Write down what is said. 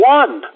one